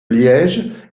liège